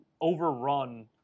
overrun